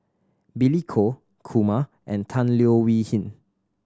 Billy Koh Kumar and Tan Leo Wee Hin